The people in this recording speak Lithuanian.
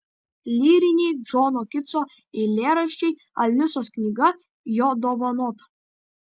lyriniai džono kitso eilėraščiai alisos knyga jo dovanota